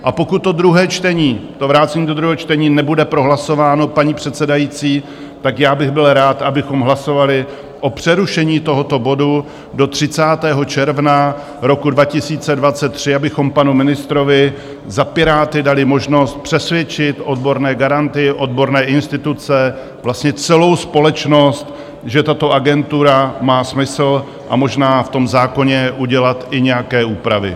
A pokud druhé čtení, to vrácení do druhého čtení, nebude prohlasováno, paní předsedající, tak bych byl rád, abychom hlasovali o přerušení tohoto bodu do 30. června roku 2023, abychom panu ministrovi za Piráty dali možnost přesvědčit odborné garanty, odborné instituce, vlastně celou společnost, že tato agentura má smysl, a možná v tom zákoně udělat i nějaké úpravy.